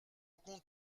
compte